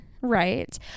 Right